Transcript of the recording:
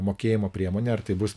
mokėjimo priemonę ar tai bus